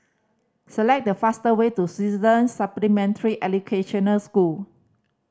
select the fastest way to Swedish Supplementary Educational School